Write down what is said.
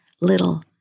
little